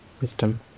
wisdom